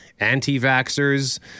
anti-vaxxers